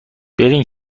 برین